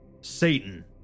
Satan